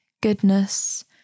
goodness